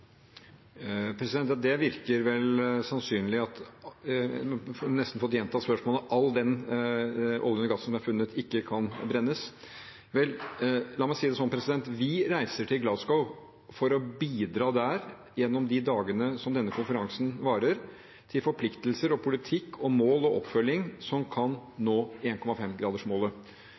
Det virker vel sannsynlig at all den oljen og gassen som er funnet, ikke kan brennes. La meg si det slik: Vi reiser til Glasgow for å bidra der gjennom de dagene denne konferansen varer, til forpliktelser, politikk, mål og oppfølging som kan nå